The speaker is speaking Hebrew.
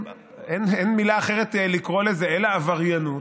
אין מילה לתאר אותו אלא "עבריינות".